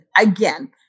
again